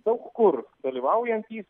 daug kur dalyvaujantys